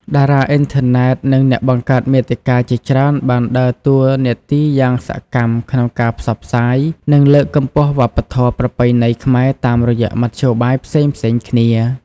តារាអុីនធឺណិត និងអ្នកបង្កើតមាតិកាជាច្រើនបានដើរតួនាទីយ៉ាងសកម្មក្នុងការផ្សព្វផ្សាយ និងលើកកម្ពស់វប្បធម៌ប្រពៃណីខ្មែរតាមរយៈមធ្យោបាយផ្សេងៗគ្នា។